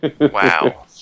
Wow